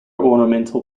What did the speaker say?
ornamental